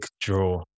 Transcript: draw